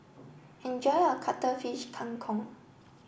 enjoy your Cuttlefish Kang Kong